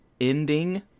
ending